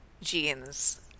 jeans